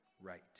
right